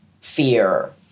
fear